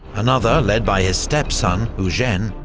another led by his stepson eugene,